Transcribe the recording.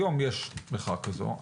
היום יש מחאה כזו.